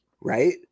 Right